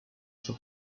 from